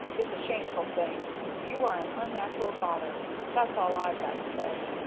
it's a shameful thing and you are an unnatural daughter that's all i've got to say!